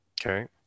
Okay